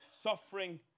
suffering